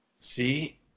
See